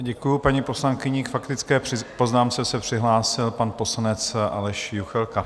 Děkuji paní poslankyni, k faktické poznámce se přihlásil pan poslanec Aleš Juchelka.